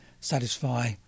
satisfy